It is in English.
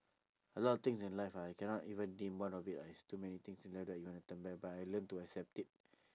a lot of things in life ah you cannot even think one of it ah there's too many things in life that you wanna turn back but I learned to accept it